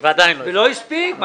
ולא הספיק.